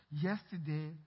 yesterday